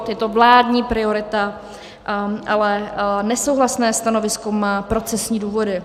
Je to vládní priorita, ale nesouhlasné stanovisko má procesní důvody.